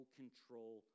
control